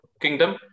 kingdom